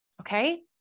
Okay